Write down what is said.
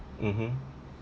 mmhmm